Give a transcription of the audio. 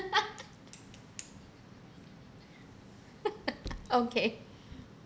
okay